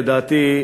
לדעתי,